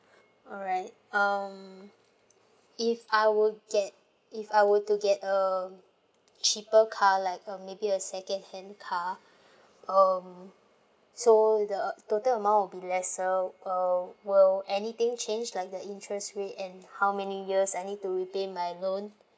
alright um if I would get if I were to get a cheaper car like a maybe a secondhand car um so the total amount will be lesser uh will anything change like the interest rate and how many years I need to repay my loan